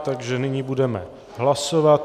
Takže nyní budeme hlasovat.